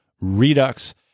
Redux